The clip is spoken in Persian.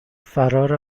فرار